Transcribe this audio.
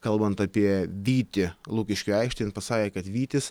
kalbant apie vytį lukiškių aikštėj jin pasakė kad vytis